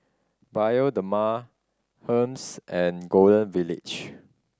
Bioderma Hermes and Golden Village